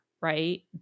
right